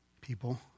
people